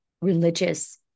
religious